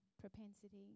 propensity